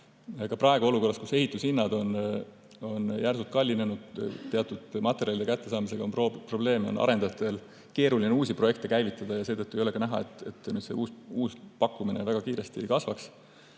Ka praegu, olukorras, kus ehituse hinnad on järsult kallinenud ja teatud materjalide kättesaamisega on probleeme, on arendajatel keeruline uusi projekte käivitada ja seetõttu ei ole ka näha, et pakkumine väga kiiresti kasvaks.